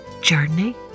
Journey